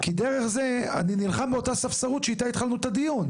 אלא כי דרך זה אני נלחם באותה ספסרות שאיתה התחלנו את הדיון.